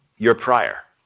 your prior,